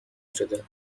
شده